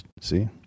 See